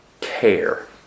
care